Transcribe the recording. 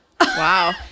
Wow